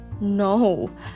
No